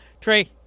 Trey